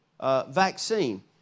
vaccine